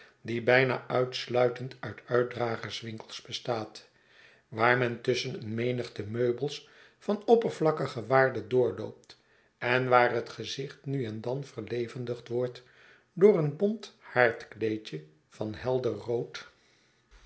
die bijna uitsluitend uit uitdragerswinkels bestaat waar men tusschen een menigte meubels van oppervlakkige waarde doorloopt en waar het gezicht nu en dan verlevendigd wordtdoor een bont haardkleedje van helder rood